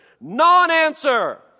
Non-answer